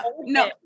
no